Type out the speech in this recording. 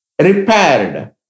repaired